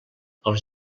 els